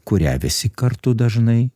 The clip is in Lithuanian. kurią visi kartu dažnai